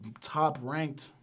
top-ranked